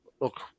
look